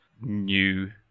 new